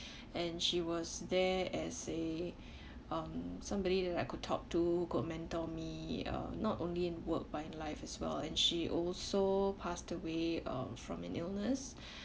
and she was there as a um somebody that I could talk to could mentor me uh not only in work but in life as well and she also passed away um from an illness